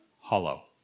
hollow